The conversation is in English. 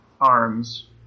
arms